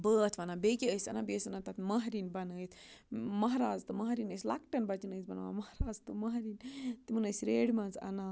بٲتھ وَنان بیٚیہِ کیٛاہ ٲسۍ اَنان بیٚیہِ ٲسۍ انان تَتھ مَہریٚنۍ بَنٲیِتھ مَہراز تہٕ مَہریٚنۍ ٲسۍ لۄکٹ۪ن بَچَن ٲسۍ بناوان مَہراز تہٕ مَہریٚنۍ تِمَن ٲسۍ ریڑِ منٛز اَنان